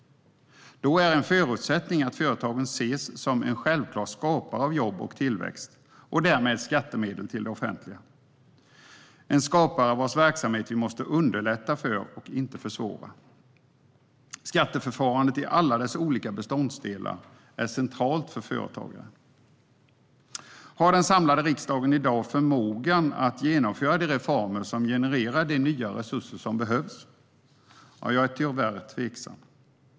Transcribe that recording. Då är en förutsättning att företagen ses som självklara skapare av jobb och tillväxt och därmed skattemedel till det offentliga - skapare vars verksamhet vi måste underlätta för, inte försvåra. Skatteförfarandet, i alla dess olika beståndsdelar, är centralt för företagaren. Har den samlade riksdagen i dag förmågan att genomföra de reformer som genererar de nya resurser som behövs? Jag är tyvärr tveksam.